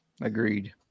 Agreed